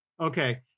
Okay